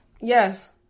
Yes